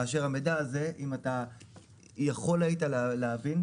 כאשר המידע הזה אם אתה יכול היית להבין,